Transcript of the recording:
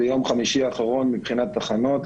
ביום חמישי האחרון, 2 בספטמבר,